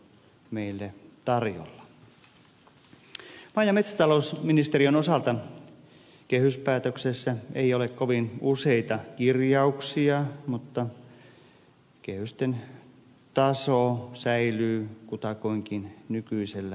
maa ja metsätalousministeriön osalta kehyspäätöksessä ei ole kovin useita kirjauksia mutta kehysten taso säilyy kutakuinkin nykyisellään